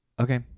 Okay